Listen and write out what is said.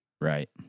right